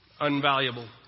unvaluable